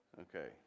okay